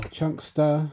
Chunkster